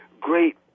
great